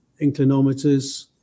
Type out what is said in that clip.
inclinometers